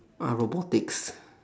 uh robotics